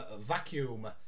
vacuum